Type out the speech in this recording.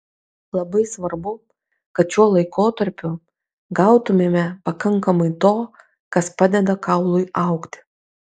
labai svarbu kad šiuo laikotarpiu gautumėme pakankamai to kas padeda kaului augti